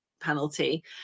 penalty